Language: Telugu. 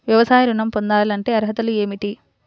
వ్యవసాయ ఋణం పొందాలంటే అర్హతలు ఏమిటి?